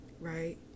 right